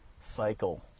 cycle